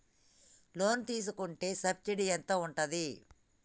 Loan తీసుకుంటే subsidy ఎంత ఉంటది?